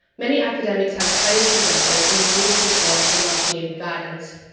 many academics have praised his efforts and have used his blog for much needed guidance.